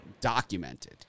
documented